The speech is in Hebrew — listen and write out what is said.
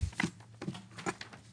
וגם כי שיעור ההפחתה